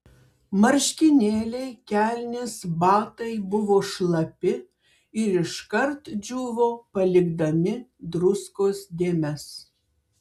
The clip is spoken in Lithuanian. marškinėliai kelnės batai buvo šlapi ir iškart džiūvo palikdami druskos dėmes